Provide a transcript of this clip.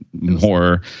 more